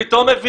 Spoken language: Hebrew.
זה הכול.